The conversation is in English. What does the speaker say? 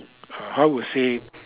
uh how to say